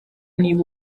niba